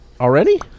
Already